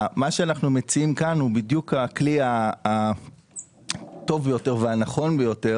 מה שאנחנו מציעים כאן הוא בדיוק הכלי הטוב ביותר והנכון ביותר,